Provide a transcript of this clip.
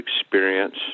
experience